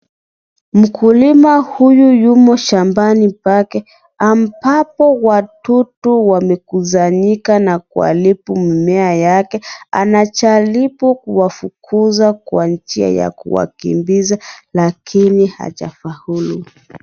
Mkulima huyu yumo shambani pake ambapo watoto wamekusanyika na kuharibu mimea yake. Anajaribu kuwafukuza kwa njia ya kuwakimbiza lakini hajafaulu.